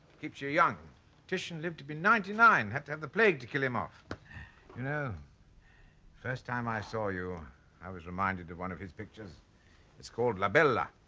keeps you young titian lived to be ninety nine had to have the plague to kill him off you know first time i saw you i was reminded of one of his pictures it's called la bella.